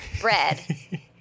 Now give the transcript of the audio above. bread